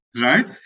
right